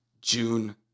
June